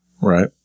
Right